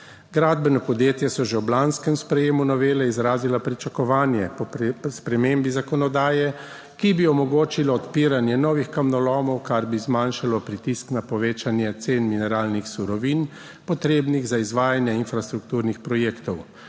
Gradbena podjetja so že ob lanskem sprejemu novele izrazila pričakovanje po spremembi zakonodaje, ki bi omogočila odpiranje novih kamnolomov, kar bi zmanjšalo pritisk na povečanje cen mineralnih surovin, potrebnih za izvajanje infrastrukturnih projektov.